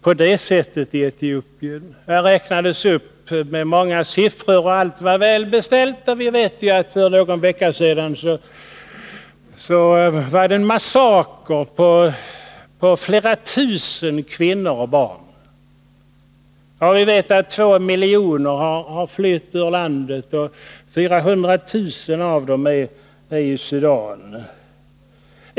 Han räknade upp olika förträffliga saker, med många siffror och det sades att allt är väl beställt. Men vi vet att det för någon vecka sedan var en massaker på flera tusen kvinnor och barn. Vi vet också att 2 miljoner människor har flytt ur landet och att 400 000 av dem är i Sudan.